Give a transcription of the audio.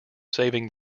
saving